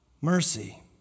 Mercy